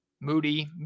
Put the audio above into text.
Moody